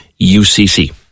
UCC